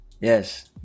Yes